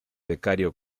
becario